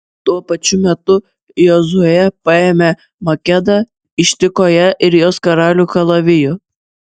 tuo pačiu metu jozuė paėmė makedą ištiko ją ir jos karalių kalaviju